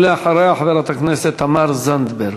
לאחריה, חברת הכנסת תמר זנדברג.